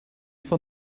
for